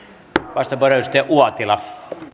arvoisa